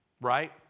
Right